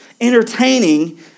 entertaining